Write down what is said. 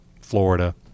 Florida –